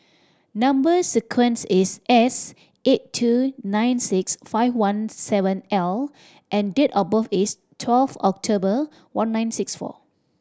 number sequence is S eight two nine six five one seven L and date of birth is twelve October one nine six four